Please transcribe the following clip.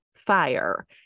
fire